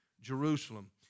Jerusalem